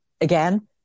again